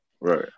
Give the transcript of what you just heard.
Right